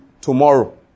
Tomorrow